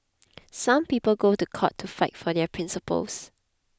some people go to court to fight for their principles